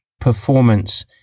performance